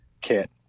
kit